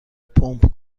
پمپ